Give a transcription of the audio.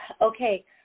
Okay